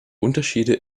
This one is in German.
unterschiede